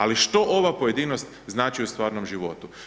Ali što ova pojedinost znači u stvarnom život?